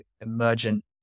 emergent